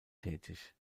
tätig